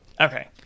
Okay